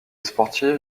sportive